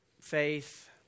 faith